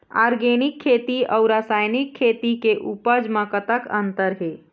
Organic खेती के अउ रासायनिक खेती के उपज म कतक अंतर हे?